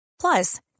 Plus